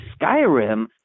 Skyrim